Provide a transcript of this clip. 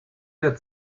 der